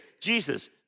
Jesus